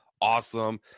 awesome